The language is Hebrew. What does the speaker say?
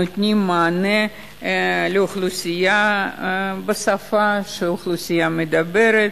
הנותנים מענה לאוכלוסייה בשפה שהאוכלוסייה מדברת,